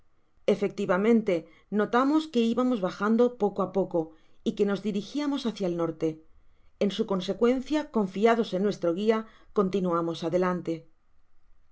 efectivamente notamos que íbamos bajando poco á poco y que nos dirigiamos hácia el norte en su consecuencia confiados en nuestro guia continuamos adelante